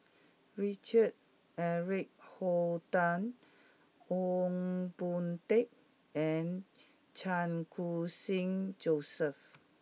Richard Eric Holttum Ong Boon Tat and Chan Khun Sing Joseph